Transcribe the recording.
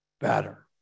better